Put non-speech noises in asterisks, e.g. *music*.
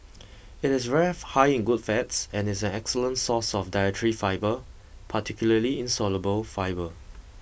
it is very *unintelligible* high in good fats and is an excellent source of dietary fibre particularly insoluble fibre